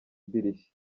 idirishya